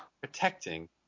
protecting